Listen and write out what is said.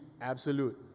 absolute